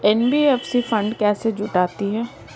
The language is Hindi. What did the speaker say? एन.बी.एफ.सी फंड कैसे जुटाती है?